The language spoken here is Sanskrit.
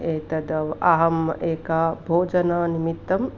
एतद् अहम् एकं भोजननिमित्तम्